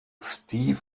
steve